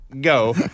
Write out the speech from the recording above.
Go